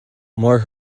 more